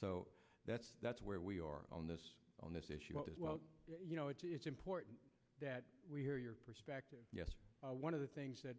so that's that's where we are on this on this issue as well you know it's important that we hear your perspective one of the things that